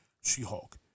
She-Hulk